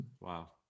wow